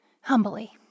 humbly